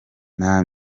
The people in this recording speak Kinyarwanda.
nta